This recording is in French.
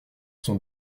son